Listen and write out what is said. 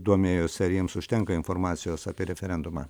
domėjosi ar jiems užtenka informacijos apie referendumą